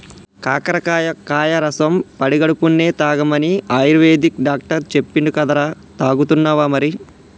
కాకరకాయ కాయ రసం పడిగడుపున్నె తాగమని ఆయుర్వేదిక్ డాక్టర్ చెప్పిండు కదరా, తాగుతున్నావా మరి